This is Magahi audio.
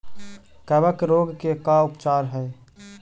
कबक रोग के का उपचार है?